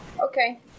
Okay